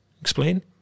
Explain